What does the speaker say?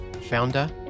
founder